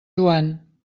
joan